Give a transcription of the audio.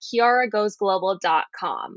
kiaragoesglobal.com